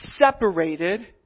separated